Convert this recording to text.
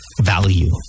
value